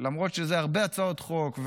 למרות שיש הרבה הצעות חוק,